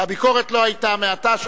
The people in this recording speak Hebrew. והביקורת לא היתה מעטה.